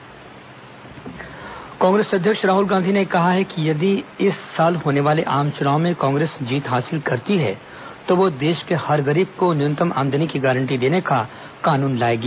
राहुल गांधी छत्तीसगढ़ कांग्रेस अध्यक्ष राहुल गांधी ने कहा है कि यदि इस साल होने वाले आम चुनाव में कांग्रेस जीत हासिल करती है तो वह देश के हर गरीब को न्यूनतम आमदनी की गारंटी देने का कानून लाएगी